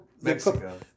Mexico